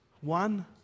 One